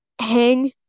hang